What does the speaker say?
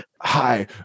Hi